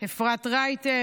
אפרת רייטן,